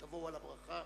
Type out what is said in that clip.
תבואי על הברכה,